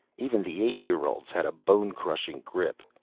even the eight-year-olds had a bone-crushing grip.